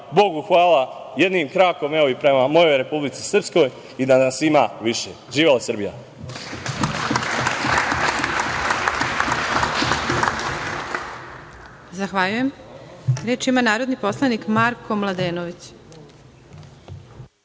Bogu hvala, jednim krakom i prema mojoj Republici Srpskoj i da nas ima više. Živela Srbija.